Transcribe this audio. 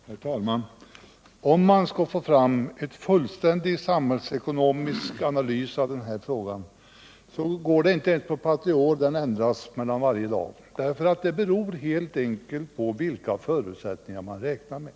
Herr talman! För att få en fullständig samhällsekonomisk analys av den här frågan räcker det inte med ett par tre år. Förutsättningarna ändras för varje dag, och en analys beror helt enkelt på vilka förutsättningar man räknar med.